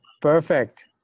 Perfect